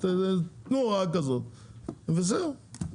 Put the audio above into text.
תנו הוראה כזאת וזהו.